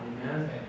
amen